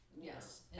Yes